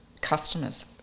customers